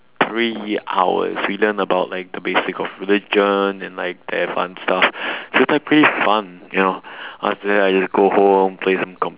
three hours we learn about like the basic of religion and like the advanced stuff so it's pretty fun ya after that I just go home play some comp~